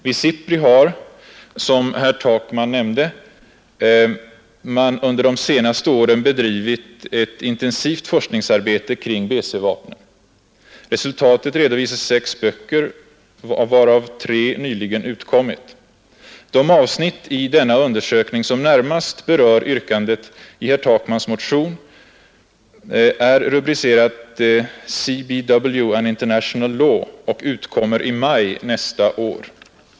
Vid SIPRI har man, som herr Takman nämnde, under de senaste åren bedrivit ett intensivt forskningsarbete beträffande BC-vapnen. Resultatet redovisas i sex böcker, varav tre nyligen utkommit. Det avsnitt i denna undersökning som närmast berör yrkandet i herr Takmans motion är rubricerat ”CBW and International Law” och utkommer i maj nästa år.